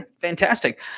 Fantastic